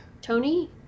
Tony